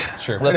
Sure